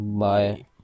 bye